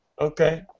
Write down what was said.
Okay